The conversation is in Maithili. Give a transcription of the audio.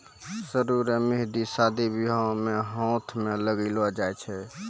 सरु रो मेंहदी शादी बियाह मे हाथ मे लगैलो जाय छै